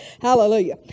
Hallelujah